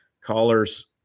callers